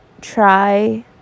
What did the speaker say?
try